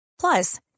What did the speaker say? Plus